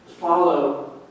follow